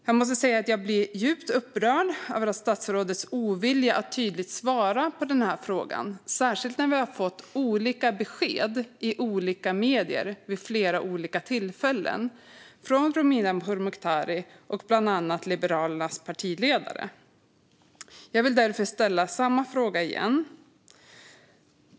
Jag måste säga att jag blir djupt upprörd över statsrådets ovilja att tydligt svara på den här frågan, särskilt eftersom vi har fått olika besked, i olika medier och vid flera olika tillfällen, från Romina Pourmokhtari och bland annat Liberalernas partiledare. Jag vill därför ställa samma fråga igen.